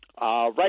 Right